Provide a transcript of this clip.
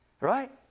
Right